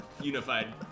unified